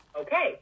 okay